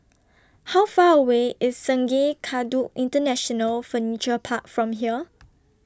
How Far away IS Sungei Kadut International Furniture Park from here